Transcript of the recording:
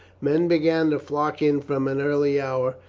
men began to flock in from an early hour,